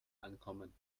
ankommen